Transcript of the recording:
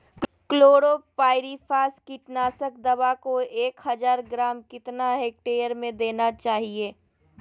Chlorpyrifos कीटनाशक दवा को एक हज़ार ग्राम कितना हेक्टेयर में देना चाहिए?